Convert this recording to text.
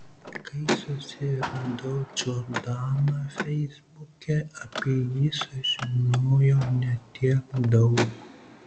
kai susiradau džordaną feisbuke apie jį sužinojau ne tiek daug